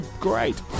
great